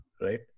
right